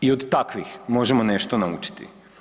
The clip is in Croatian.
I od takvih možemo nešto naučiti.